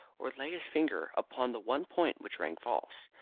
or lay his finger upon the one point which rang false.